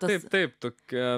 taip taip tokia